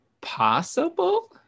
possible